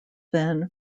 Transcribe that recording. then